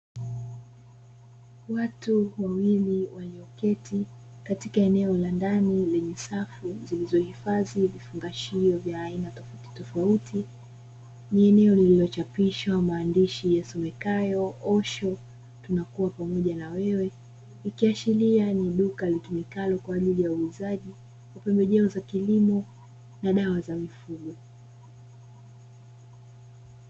Watu wawili walioketi katika eneo la ndani lenye safu zilizohifadhi vifungashio vya aina tofautitofauti, ni eneo lililochapishwa maandishi yasomekayo "osho tunakuwa pamoja na wewe" ikiashiria ni duka litumikalo kwa ajili ya uuzaji pembejeo za kilimo na dawa za mifugo.